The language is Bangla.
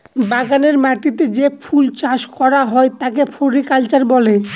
বাগানের মাটিতে যে ফুল চাষ করা হয় তাকে ফ্লোরিকালচার বলে